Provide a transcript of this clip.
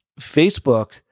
Facebook